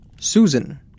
Susan